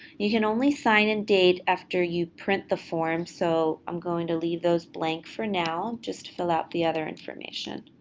you can only sign and date after you print the form, so i'm going to leave those blank for now and just fill out the other information.